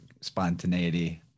spontaneity